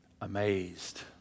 amazed